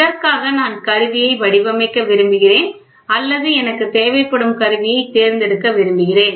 இதற்காக நான் கருவியை வடிவமைக்க விரும்புகிறேன் அல்லது எனக்கு தேவைப்படும் கருவியை தேர்ந்து எடுக்க விரும்புகிறேன்